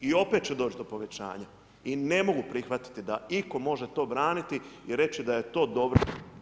I opet će doći do povećanja i ne mogu prihvatiti da itko može to braniti i reći da je to dobro.